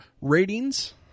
ratings